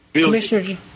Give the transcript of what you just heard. Commissioner